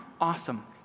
awesome